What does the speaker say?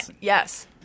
Yes